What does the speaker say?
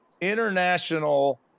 international